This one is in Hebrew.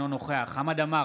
אינו נוכח חמד עמאר,